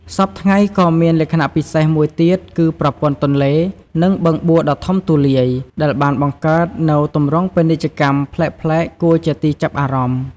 សព្វថ្ងៃក៏មានលក្ខណៈពិសេសមួយទៀតគឺប្រព័ន្ធទន្លេ និងបឹងបួដ៏ធំទូលាយ ដែលបានបង្កើតនូវទម្រង់ពាណិជ្ជកម្មប្លែកៗគួរជាទីចាប់អារម្មណ៍។